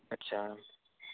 अच्छा